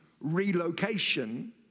relocation